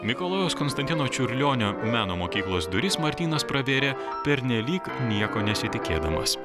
mikalojaus konstantino čiurlionio meno mokyklos duris martynas pravėrė pernelyg nieko nesitikėdamas